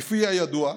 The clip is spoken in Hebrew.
כפי הידוע,